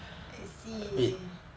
I see